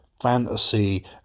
fantasy